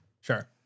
Sure